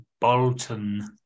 Bolton